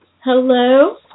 Hello